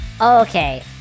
okay